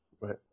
Right